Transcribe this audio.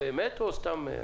זאת אמת או סתם?